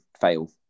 fail